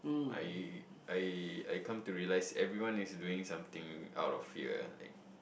I I I come to realize everyone is doing something out of fear like